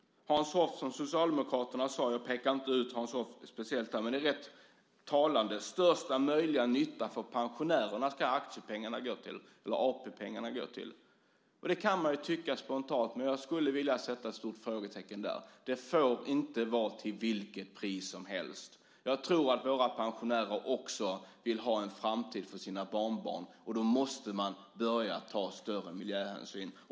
Hans Hoff från Socialdemokraterna - jag pekar inte ut Hans Hoff speciellt här, men det är rätt talande - talade om att AP-pengarna ska gå till största möjliga nytta för pensionärerna. Det kan man ju tycka spontant, men jag skulle vilja sätta ett stort frågetecken där. Det får inte vara till vilket pris som helst. Jag tror att våra pensionärer också vill ha en framtid för sina barnbarn, och då måste man börja ta större miljöhänsyn.